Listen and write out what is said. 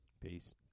Peace